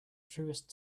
truest